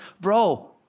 Bro